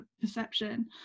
perception